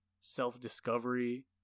self-discovery